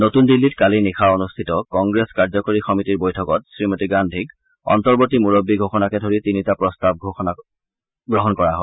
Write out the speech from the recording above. নতুন দিল্লীত কালি নিশা অনুষ্ঠিত কংগ্ৰেছ কাৰ্যকৰী সমিতিৰ বৈঠকত শ্ৰীমতী গান্ধীক অন্তৰ্বতী মুৰববী ঘোষণাকে ধৰি তিনিতা প্ৰস্তাৱ গ্ৰহণ কৰা হয়